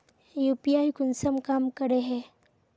UPI कुंसम काम करे है?